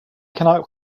cannot